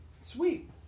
Sweet